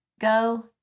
go